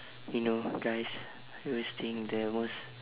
you know guys we always think the most